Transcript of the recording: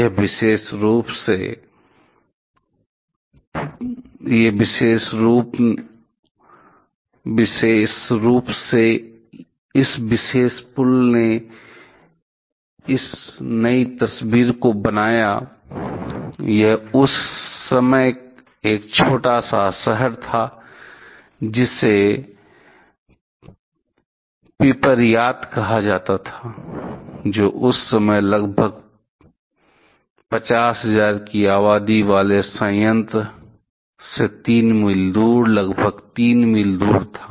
यह विशेष रूप से इस विशेष पुल ने इस नई तस्वीर को बनाया यह उस समय एक छोटा सा शहर था जिसे पिपरियात कहा जाता था जो उस समय लगभग 50000 की आबादी वाले संयंत्र से 3 मील दूर लगभग 3 मील दूर था